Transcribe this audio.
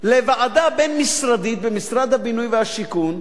לוועדה בין-משרדית במשרד הבינוי והשיכון,